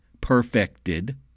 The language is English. perfected